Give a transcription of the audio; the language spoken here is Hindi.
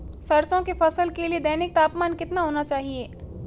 सरसों की फसल के लिए दैनिक तापमान कितना होना चाहिए?